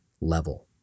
level